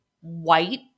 white